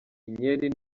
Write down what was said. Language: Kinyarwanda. inkeri